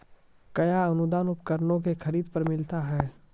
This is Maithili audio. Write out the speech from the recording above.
कया अनुदान उपकरणों के खरीद पर मिलता है?